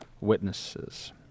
witnesses